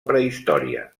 prehistòria